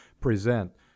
present